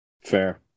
Fair